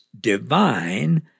divine